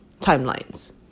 timelines